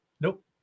nope